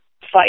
fight